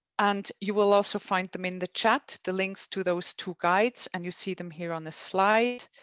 and you will also find them in the chat, the links to those two guides and you see them here on the slide